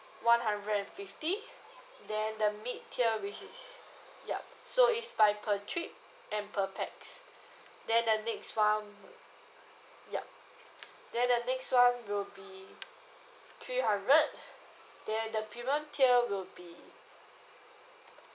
one hundred and fifty then the mid tier which is yup so it's by per trip and per pax then the next one yup then the next one will be three hundred then the premium tier will be